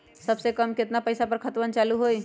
सबसे कम केतना पईसा पर खतवन चालु होई?